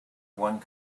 one